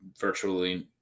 virtually